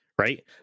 right